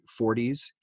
40s